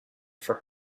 for